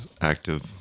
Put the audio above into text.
active